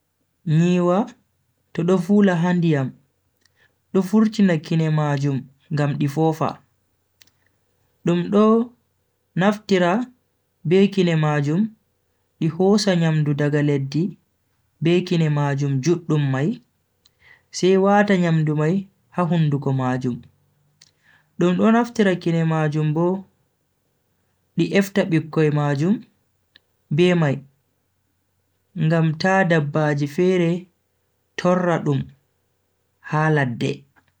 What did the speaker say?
Nyiwa to do vula ha ndiyam, do vurtina kine majum ngam di fofa. dum ndo naftira be kine majum di hosa nyamdu daga leddi be kine majum juddum mai, sai wata nyamdu mai ha hunduko majum. dum do naftira kine majum Bo di efta bikkoi majum be mai ngam ta dabbaaji fere torra dum ha ladde.